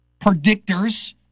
predictors